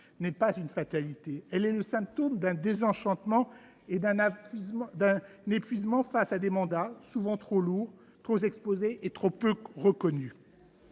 n’est pas une fatalité : elle est le symptôme d’un désenchantement et d’un épuisement face à des mandats devenus trop lourds, trop exposés et qui sont trop peu reconnus.